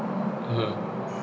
mmhmm